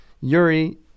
Yuri